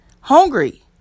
Hungry